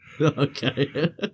Okay